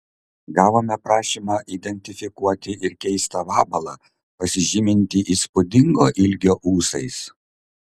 gavome prašymą identifikuoti ir keistą vabalą pasižymintį įspūdingo ilgio ūsais